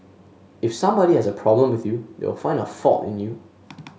if somebody has a problem with you they will find a fault in you